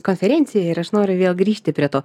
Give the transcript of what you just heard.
konferencijoj ir aš noriu vėl grįžti prie to